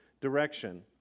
direction